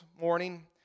morning